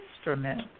instrument